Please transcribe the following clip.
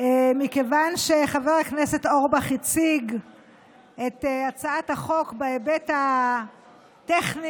מכיוון שחבר הכנסת אורבך הציג את הצעת החוק בהיבט הטכני,